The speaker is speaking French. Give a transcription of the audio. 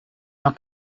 dans